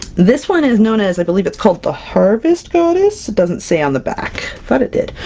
this one is known as i believe it's called the harvest goddess? it doesn't say on the back. thought it did,